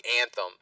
anthem